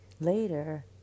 Later